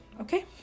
okay